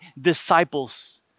disciples